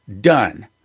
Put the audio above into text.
done